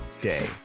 Day